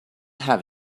have